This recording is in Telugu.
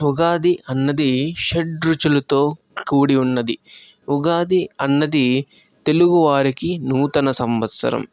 ఉగాది అన్నది షడ్రుచులతో కూడి ఉన్నది ఉగాది అన్నది తెలుగు వారికి నూతన సంవత్సరం